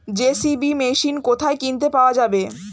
JCB machine কোথায় কিনতে পাওয়া যাবে?